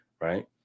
Right